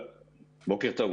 בוקר טוב,